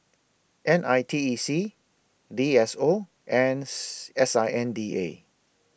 N I T E C D S O and S I N D A